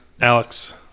Alex